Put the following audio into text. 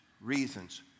reasons